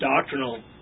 doctrinal